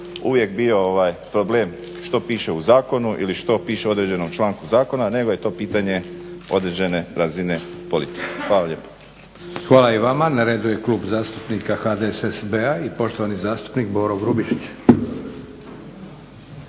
uvijek bio problem što piše u zakonu ili što piše u određenom članku zakona nego je to pitanje određene razine politike. Hvala lijepa. **Leko, Josip (SDP)** Hvala i vama. Na redu je Klub zastupnika HDSSB-a i poštovani zastupnik Boro Grubišić.